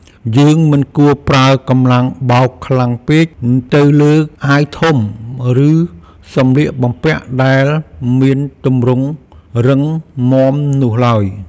យើងមិនគួរប្រើកម្លាំងបោកខ្លាំងពេកទៅលើអាវធំ ឬសម្លៀកបំពាក់ដែលមានទម្រង់រឹងមាំនោះឡើយ។